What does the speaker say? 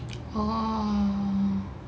oo